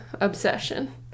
obsession